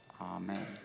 Amen